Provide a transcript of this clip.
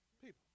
people